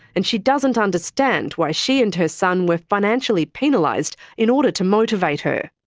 and she doesn't understand why she and her son were financially penalised in order to motivate her.